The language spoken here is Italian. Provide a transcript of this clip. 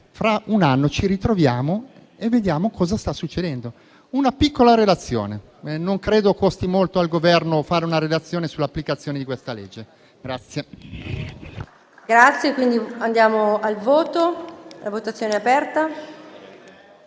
fra un anno ci ritroviamo e vediamo cosa sta succedendo. Chiediamo una piccola relazione, e non credo costi molto al Governo fare una relazione sull'applicazione di questa legge.